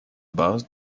base